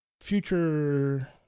future